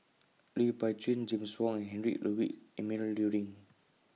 Lui Pao Chuen James Wong and Heinrich Ludwig Emil Luering